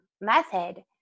method